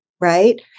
right